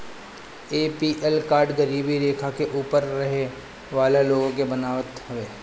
APL card गरीबी रेखा के ऊपर रहे वाला लोग के बनत हवे